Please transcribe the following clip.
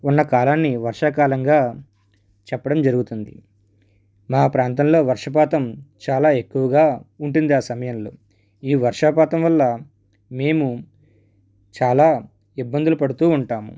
ఉన్న కాలాన్ని వర్షాకాలంగా చెప్పడం జరుగుతుంది మా ప్రాంతంలో వర్షపాతం చాలా ఎక్కువుగా ఉంటుంది ఆ సమయంలో ఈ వర్షపాతం వల్ల మేము చాలా ఇబ్బందులు పడుతూ ఉంటాము